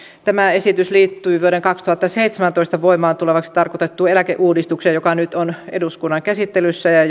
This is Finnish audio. tämä esitys liittyy vuonna kaksituhattaseitsemäntoista voimaan tulevaksi tarkoitettuun eläkeuudistukseen joka nyt on eduskunnan käsittelyssä ja